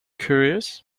curious